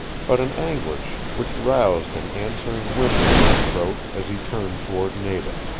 but an anguish which roused an answering whimper in his throat as he turned toward nada.